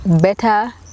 better